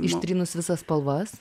ištrynus visas spalvas